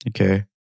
Okay